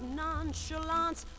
nonchalance